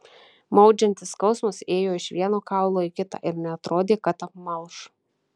maudžiantis skausmas ėjo iš vieno kaulo į kitą ir neatrodė kad apmalš